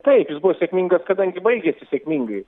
taip jis buvo sėkmingas kadangi baigėsi sėkmingai